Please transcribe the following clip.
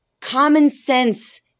common-sense